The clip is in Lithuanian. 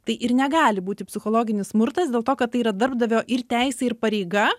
tai ir negali būti psichologinis smurtas dėl to kad tai yra darbdavio ir teisė ir pareiga